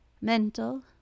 mental